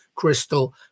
Crystal